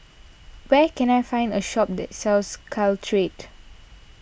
where can I find a shop that sells Caltrate